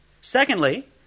Secondly